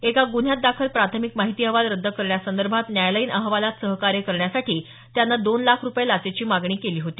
एका गुन्ह्यात दाखल प्राथमिक माहिती अहवाल रद्द करण्यासंदर्भात न्यायालयीन अहवालात सहकार्य करण्यासाठी त्यानं दोन लाख रुपये लाच मागितली होती